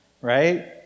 Right